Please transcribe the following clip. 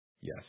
Yes